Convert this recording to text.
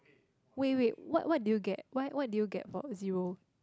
wait wait what what did you get why what did you get for zero